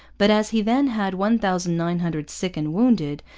but as he then had one thousand nine hundred sick and wounded,